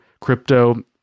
crypto